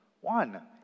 One